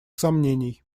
сомнений